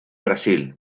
brasil